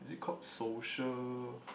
is it called social